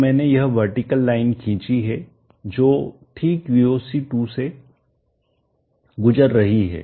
तो मैंने यह वर्टिकल लाइन खींची है जो ठीक VOC2 से गुजर रही है